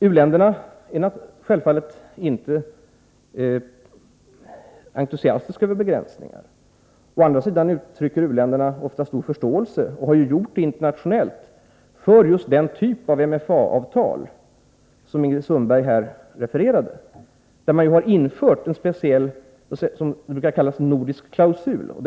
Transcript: U-länderna är självfallet inte entusiastiska över begränsningar. Å andra sidan uttrycker u-länderna ofta stor förståelse, och de har gjort det internationellt, för just den typ av MFA-avtal som Ingrid Sundberg här refererade, där man har infört en speciell nordisk klausul, som den brukar kallas.